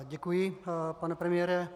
Děkuji, pane premiére.